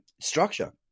structure